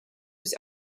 was